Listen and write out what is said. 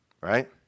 Right